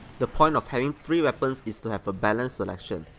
the point of having three weapons is to have a but and selection,